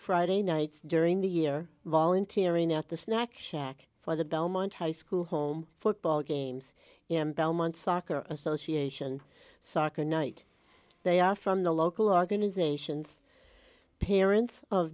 friday nights during the year volunteering at the snack shack for the belmont high school home football games in belmont soccer association soccer night they are from the local organizations parents of